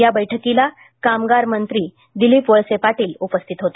या बैठकीला कामगार मंत्री दिलीप वळसे पाटील हेही उपस्थित होते